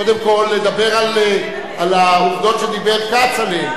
קודם כול לדבר על העובדות שדיבר כצל'ה,